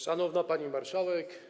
Szanowna Pani Marszałek!